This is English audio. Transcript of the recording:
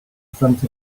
front